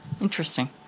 Interesting